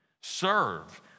Serve